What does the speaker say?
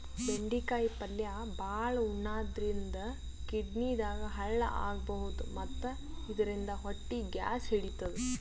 ಬೆಂಡಿಕಾಯಿ ಪಲ್ಯ ಭಾಳ್ ಉಣಾದ್ರಿನ್ದ ಕಿಡ್ನಿದಾಗ್ ಹಳ್ಳ ಆಗಬಹುದ್ ಮತ್ತ್ ಇದರಿಂದ ಹೊಟ್ಟಿ ಗ್ಯಾಸ್ ಹಿಡಿತದ್